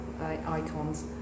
Icons